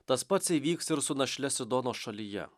tas pats įvyks ir su našle sidono šalyje